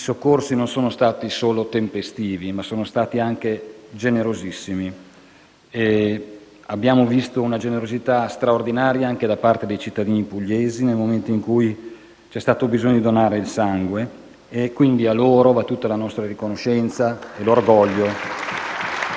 soccorsi non sono stati solo tempestivi, ma anche generosissimi. Abbiamo visto una generosità straordinaria anche da parte dei cittadini pugliesi, nel momento in cui c'è stato bisogno di donare il sangue. A loro va tutta la nostra riconoscenza e il nostro